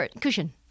cushion